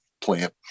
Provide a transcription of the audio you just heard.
plant